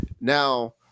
Now